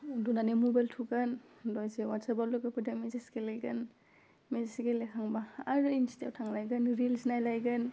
उन्दुनानै मबाइल थुगोन दसे वाट्सआफआव लोगोफोरजों मेसेज गेलेगोन मेसेज गेलेखांबा आरो इनस्टायाव थांलायगोन रिल्स नायलायगोन